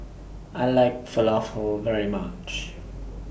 I like Falafel very much